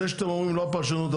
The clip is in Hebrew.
זה שאתם אומרים לא הפרשנות,